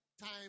time